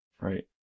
Right